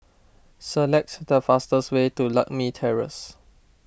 select the fastest way to Lakme Terrace